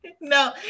no